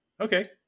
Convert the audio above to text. Okay